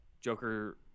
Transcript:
Joker